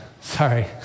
sorry